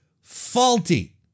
faulty